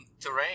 terrain